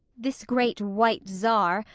this great white czar,